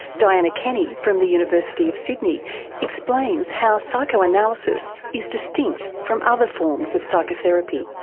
dianna kenny from the university of sydney explains how psychoanalysis is distinct from other forms of psychotherapy.